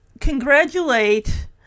congratulate